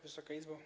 Wysoka Izbo!